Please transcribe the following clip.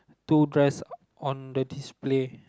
two dress on the display